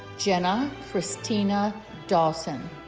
jenna kristina dawson